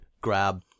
grab